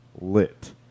lit